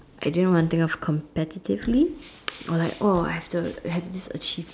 I didn't want think of competitively or like oh I have to I have this achieve~